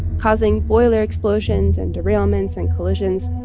causing boiler explosions and derailments and collisions,